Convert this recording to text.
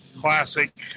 classic